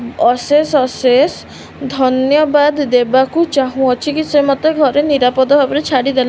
ଅଶେଷ ଅଶେଷ ଧନ୍ୟବାଦ ଦେବାକୁ ଚାହୁଁଅଛି କି ସେ ମୋତେ ଘରେ ନିରାପଦ ଭାବରେ ଛାଡ଼ିଦେଲେ